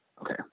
Okay